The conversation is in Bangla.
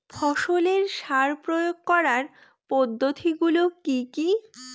ফসলের সার প্রয়োগ করার পদ্ধতি গুলো কি কি?